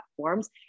platforms